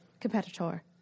competitor